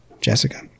Jessica